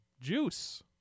Juice